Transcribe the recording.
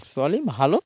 চলে ভালো